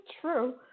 true